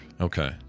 Okay